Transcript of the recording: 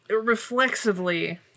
reflexively